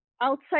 outside